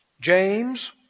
James